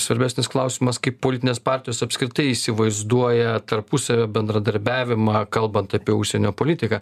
svarbesnis klausimas kaip politinės partijos apskritai įsivaizduoja tarpusavio bendradarbiavimą kalbant apie užsienio politiką